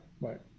right